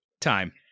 Time